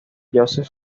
joseph